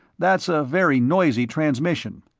that's a very noisy transmission.